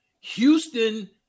Houston